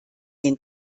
den